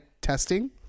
testing